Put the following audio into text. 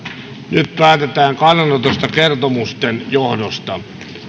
nyt päätetään kannanotosta kertomusten johdosta